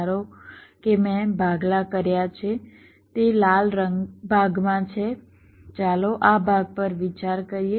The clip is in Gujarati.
ધારો કે મેં ભાગલા કર્યા છે તે લાલ ભાગમાં છે ચાલો આ ભાગ પર વિચાર કરીએ